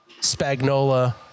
Spagnola